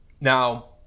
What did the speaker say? Now